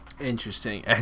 Interesting